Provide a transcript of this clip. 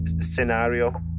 scenario